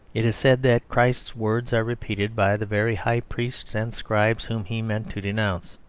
it is said that christ's words are repeated by the very high priests and scribes whom he meant to denounce.